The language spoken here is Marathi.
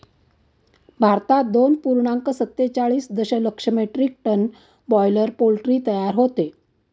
भारतात दोन पूर्णांक सत्तेचाळीस दशलक्ष मेट्रिक टन बॉयलर पोल्ट्री तयार होते